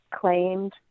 claimed